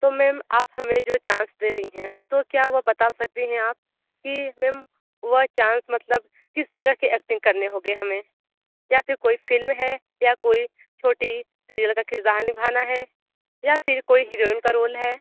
तो मैम आप हमें जो चांस दे रही हैं तो क्या वो बता सकती हैं आप कि मैम वह चांस मतलब किस तरह की एक्टिंग करनी होगी हमें या फिर कोई फिल्म है या कोई छोटी सीरियल का किरदार निभाना है या फिर कोई हीरोइन का रोल है